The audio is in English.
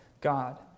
God